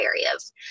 areas